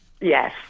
Yes